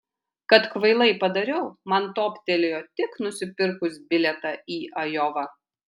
kad kvailai padariau man toptelėjo tik nusipirkus bilietą į ajovą